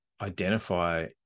identify